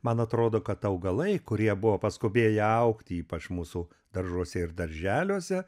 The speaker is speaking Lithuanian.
man atrodo kad augalai kurie buvo paskubėję augti ypač mūsų daržuose ir darželiuose